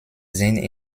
sind